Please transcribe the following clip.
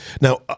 Now